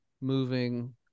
moving